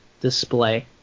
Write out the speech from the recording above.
display